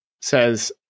says